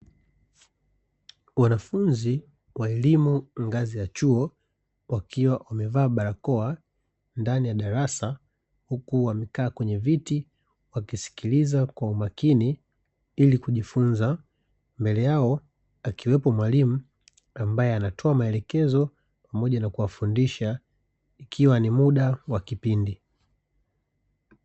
Wanafunzi wa elimu ngazi ya chuo, wakiwa wamevaa barakoa ndani ya darasa huku wamekaa kwenye viti wakisikiliza kwa umakini ili kujifunza, mbele yao akiwepo mwalimu ambaye anatoa maelekezo pamoja na kufundisha ikiwa ni muda wa kipindi.